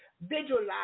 visualize